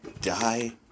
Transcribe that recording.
Die